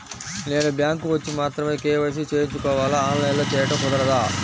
నేను బ్యాంక్ వచ్చి మాత్రమే కే.వై.సి చేయించుకోవాలా? ఆన్లైన్లో చేయటం కుదరదా?